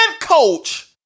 coach